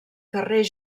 carrer